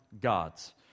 God's